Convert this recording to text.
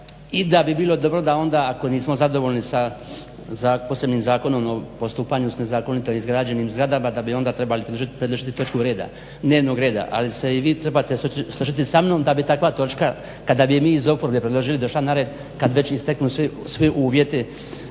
i da bi bilo dobro onda ako nismo zadovoljni sa posebnim zakonom o postupanju s nezakonito izgrađenim zgradama da bi onda trebali predložiti točku dnevnog reda. Ali se i vi trebate složiti sa mnom da bi takva točka kada bi je mi iz oporbe predložili došla na red kada već isteknu svi uvjeti